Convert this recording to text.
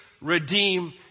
redeem